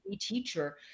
teacher